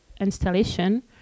installation